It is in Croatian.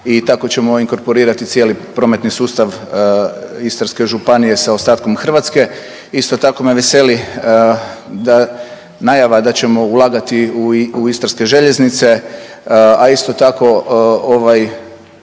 i tako ćemo inkorporirati cijeli prometni sustav Istarske županije sa ostatkom Hrvatske. Isto tako me veseli najava da ćemo ulagati u istarske željeznice, a isto tako ovaj,